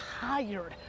tired